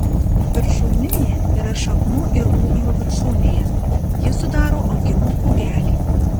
viršūninė yra šaknų ir ūglių viršūnėje ji sudaro augimo kūgelį